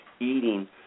eating